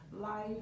life